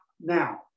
Now